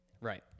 Right